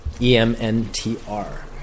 E-M-N-T-R